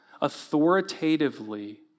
authoritatively